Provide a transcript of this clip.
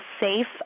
safe